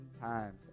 times